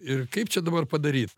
ir kaip čia dabar padaryt